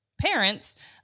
parents